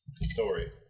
Story